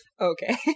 Okay